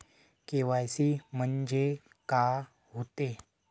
KYC म्हंनजे का होते?